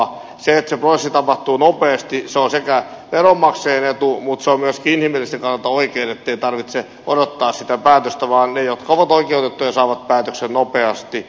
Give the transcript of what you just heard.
se että se prosessi tapahtuu nopeasti on veronmaksajien etu mutta se on myöskin inhimilliseltä kannalta oikein ettei tarvitse odottaa sitä päätöstä vaan ne jotka ovat oikeutettuja saavat päätöksen nopeasti